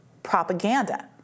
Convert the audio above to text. propaganda